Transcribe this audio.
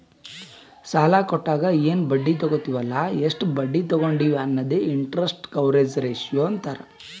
ಸಾಲಾ ಕೊಟ್ಟಾಗ ಎನ್ ಬಡ್ಡಿ ತಗೋತ್ತಿವ್ ಅಲ್ಲ ಎಷ್ಟ ಬಡ್ಡಿ ತಗೊಂಡಿವಿ ಅನ್ನದೆ ಇಂಟರೆಸ್ಟ್ ಕವರೇಜ್ ರೇಶಿಯೋ ಅಂತಾರ್